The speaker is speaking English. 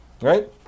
right